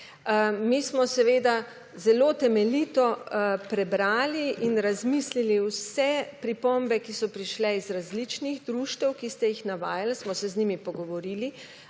Mi smo seveda zelo temeljito prebrali in razmislili vse pripombe, ki so prišle iz različnih društev, ki ste jih navajali, smo se z njimi pogovorili,